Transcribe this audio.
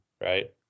right